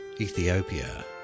Ethiopia